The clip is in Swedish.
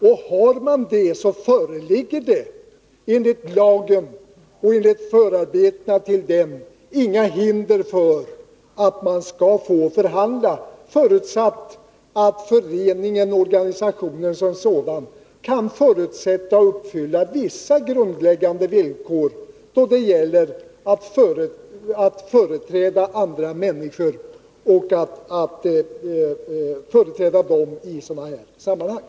Och har man det, så föreligger det enligt lagen och enligt förarbetena till den inga hinder för att man skall få förhandla, förutsatt att föreningen — organisationen som sådan — kan uppfylla vissa grundläggande villkor när det gäller att företräda andra människor i sådana här sammanhang.